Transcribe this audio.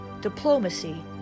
diplomacy